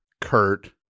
kurt